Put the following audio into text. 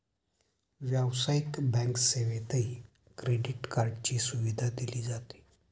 व्यावसायिक बँक सेवेतही क्रेडिट कार्डची सुविधा दिली जाते